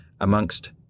amongst